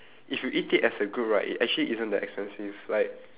if you eat it as a group right it actually isn't that expensive like